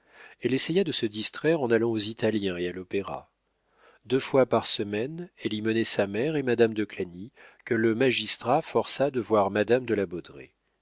elle essaya de se distraire en allant aux italiens et à l'opéra deux fois par semaine elle y menait sa mère et madame de clagny que le magistrat força de voir madame de la